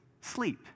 sleep